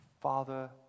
Father